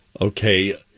Okay